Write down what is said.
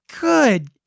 Good